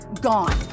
gone